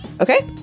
Okay